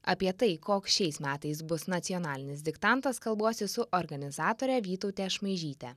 apie tai koks šiais metais bus nacionalinis diktantas kalbuosi su organizatore vytaute šmaižyte